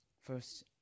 First